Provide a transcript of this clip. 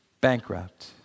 bankrupt